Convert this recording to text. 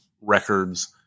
records